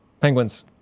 Penguins